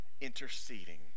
interceding